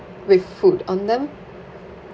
with food on them